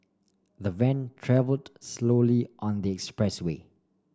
the van travelled slowly on the expressway